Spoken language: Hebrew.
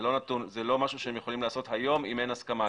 זה לא משהו שהם יכולים לעשות היום אם אין הסכמה.